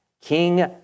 King